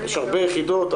יש הרבה יחידות.